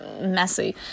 messy